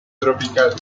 tropical